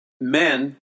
men